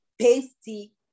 pasty